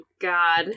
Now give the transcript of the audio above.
God